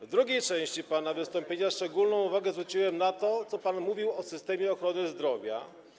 W drugiej części pana wystąpienia szczególną uwagę zwróciłem na to, co pan mówił o systemie ochrony zdrowia.